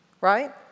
Right